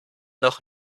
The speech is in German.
noch